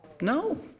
No